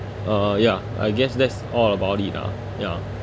uh ya I guess that's all about it ah ya